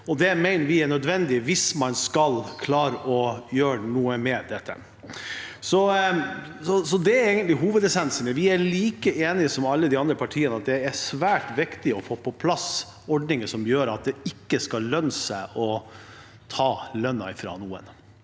Det mener vi er nødvendig hvis man skal klare å gjøre noe med dette. Det er egentlig hovedessensen. Vi er like enig som alle de andre partiene i at det er svært viktig å få på plass ordninger som gjør at det ikke skal lønne seg å ta lønnen fra noen,